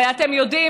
הרי אתם יודעים,